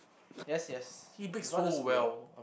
yes yes without the spear